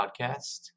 podcast